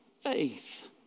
faith